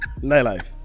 Nightlife